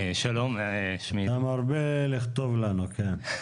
אתה מרבה לכתוב לנו, כן.